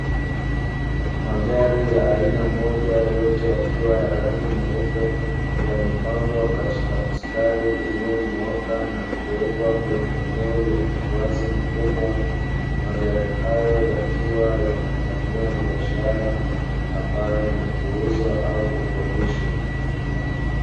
Magari ya aina moja yote yakiwa ya rangi nyeupe, yamepangwa katika mstari uliyonyooka na kuwekwa kwenye eneo lenye uwazi mkubwa. Magari haya yakiwa yanafanyiwa biashara ambayo ni kuuzwa au kukodishwa.